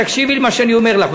תקשיבי למה שאני אומר לך,